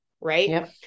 Right